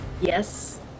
Yes